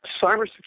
Cybersecurity